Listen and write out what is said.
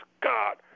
God